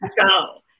go